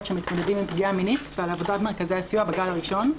שמתמודדים עם פגיעה מינית ועל עבודת מרכזי הסיוע בגל הראשון.